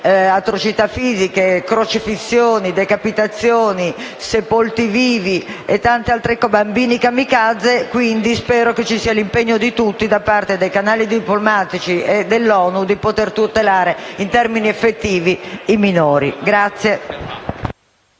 atrocità fisiche, crocifissioni, decapitazioni, bambini sepolti vivi e bambini *kamikaze*. Quindi, spero che ci sia l'impegno di tutti, da parte dei canali diplomatici e dell'ONU, di tutelare in termini effettivi i minori.